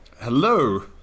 Hello